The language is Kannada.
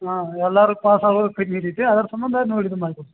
ಹಾಂ ಎಲ್ಲಾರು ಪಾಸ್ ಆಗೋದು ಕಡ್ಮಿ ಅತಿತ್ಯ ಅದರ ಸಂಬಂಧ ನೋಡಿ ಇದು ಮಾಡಿ ಕೊಡ್ತೀನಿ